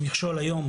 המכשול היום,